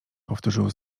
powtórzył